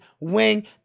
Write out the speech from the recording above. wing